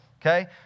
okay